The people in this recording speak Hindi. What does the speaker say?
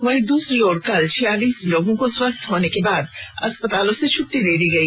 वहीं दूसरी ओर कल छयालीस लोगों को स्वस्थ होने के बाद अस्पतालों से छुट्टडी दे दी गई